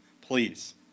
please